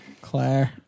Claire